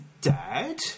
dad